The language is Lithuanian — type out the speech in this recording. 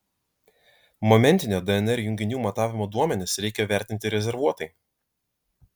momentinio dnr junginių matavimo duomenis reikia vertinti rezervuotai